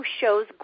shows